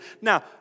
Now